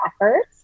efforts